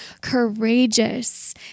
courageous